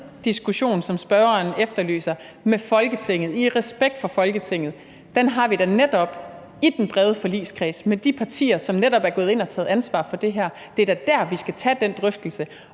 den diskussion, som spørgeren efterlyser med Folketinget, skal vi netop med respekt for Folketinget have i den brede forligskreds med de partier, som er gået ind og har taget ansvar for det her. Det er da der, hvor alle er til